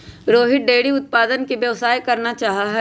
Rohit dairy उत्पादन के व्यवसाय करना चाहा हई